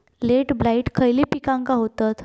Late blight खयले पिकांका होता?